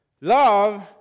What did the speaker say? Love